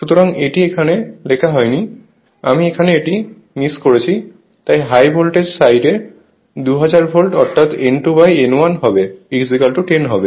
সুতরাং এটি এখানে লেখা হয়নি আমি এখানে এটি মিস করেছি তাই হাই ভোল্টেজ সাইড 2000 ভোল্ট অর্থাৎ N2N1 10 হবে